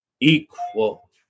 Equal